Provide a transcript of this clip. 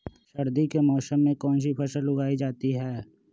सर्दी के मौसम में कौन सी फसल उगाई जाती है?